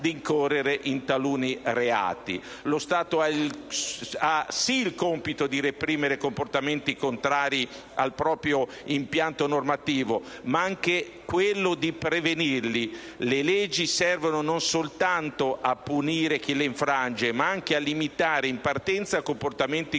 Lo Stato ha infatti il compito di reprimere comportamenti contrari al proprio impianto normativo, ma anche quello di prevenirli. Le leggi servono non soltanto a punire chi le infrange, ma anche a limitare in partenza comportamenti contrari